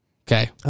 Okay